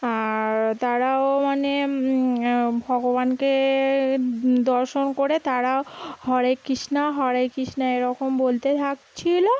আর তারাও মানে ভগবানকে দর্শন করে তারা হরে কিষ্ণা হরে কিষ্ণা এরকম বলতে থাকছিলো